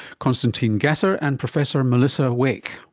constantine gasser and professor melissa wake.